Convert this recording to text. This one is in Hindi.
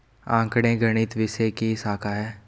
आंकड़े गणित विषय की शाखा हैं